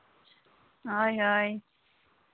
ᱦᱳᱭ ᱦᱳᱭ